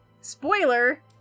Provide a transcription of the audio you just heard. Spoiler